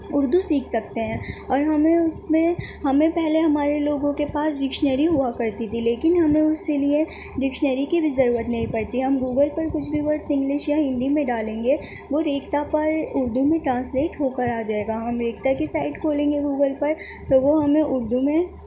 اردو سیکھ سکتے ہیں اور ہمیں اس میں ہمیں پہلے ہمارے لوگوں کے پاس ڈکشنری ہوا کرتی تھی لیکن ہمیں اس کے لیے ڈکشنری کی بھی ضرورت نہیں پڑتی ہم گوگل پر کچھ بھی ورڈس انگلش یا ہندی میں ڈالیں گے وہ ریختہ پر اردو میں ٹرانسلیٹ ہو کر آ جائے گا ہم ریختہ کی سائٹ کھولیں گے گوگل پر تو وہ ہمیں اردو میں